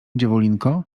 dziewulinko